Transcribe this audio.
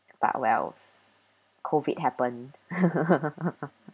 but wells COVID happened